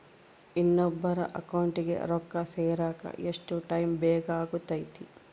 ಇನ್ನೊಬ್ಬರ ಅಕೌಂಟಿಗೆ ರೊಕ್ಕ ಸೇರಕ ಎಷ್ಟು ಟೈಮ್ ಬೇಕಾಗುತೈತಿ?